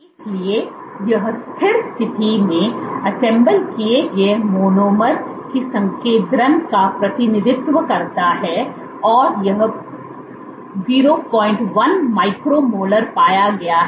इसलिए यह स्थिर स्थिति में असेंबल किए गए मोनोमर की संकेंद्रण का प्रतिनिधित्व करता है और यह 01 माइक्रोमोलर पाया गया है